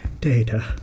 data